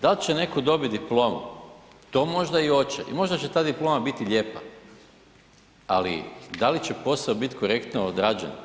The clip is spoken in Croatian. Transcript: Da li će netko dobiti diplomu to možda i hoće i možda će ta diploma biti lijepa ali da li će posao biti korektno odrađen?